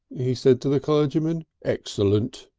he said to the clergyman, excellent.